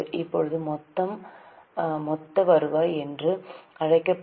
இப்போது மொத்தம் மொத்த வருவாய் என்று அழைக்கப்படும்